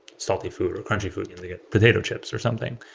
salty food or crunchy food and they get potato chips or something.